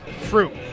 fruit